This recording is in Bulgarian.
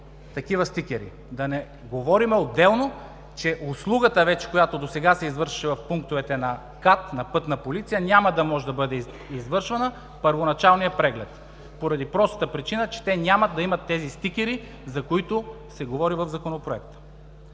такива стикери. Да не говорим отделно, че услугата, която досега се извършваше в пунктовете на КАТ, на „Пътна полиция“, няма да може да бъде извършван първоначалният преглед поради простата причина че те няма да имат тези стикери, за които се говори в Законопроекта.